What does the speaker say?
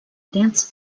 dance